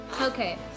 Okay